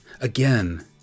again